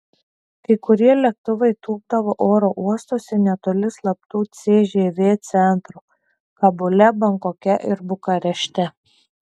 kai kurie lėktuvai tūpdavo oro uostuose netoli slaptų cžv centrų kabule bankoke ir bukarešte